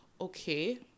Okay